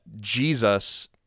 Jesus